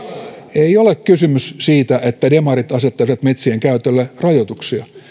ei ole kysymys siitä että demarit asettaisivat metsien käytölle rajoituksia